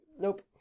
Nope